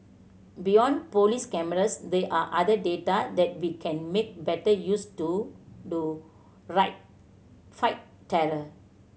beyond police cameras there are other data that we can make better use to do right fight terror